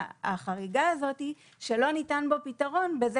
החריגה הזאת שלא ניתן בו פתרון בזה